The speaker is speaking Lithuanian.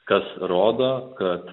kas rodo kad